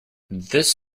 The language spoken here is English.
this